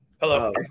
Hello